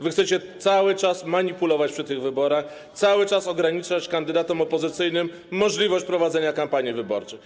Wy chcecie cały czas manipulować przy tych wyborach, cały czas ograniczać kandydatom opozycyjnym możliwość prowadzenia kampanii wyborczej.